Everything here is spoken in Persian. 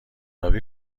آبی